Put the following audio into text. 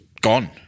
gone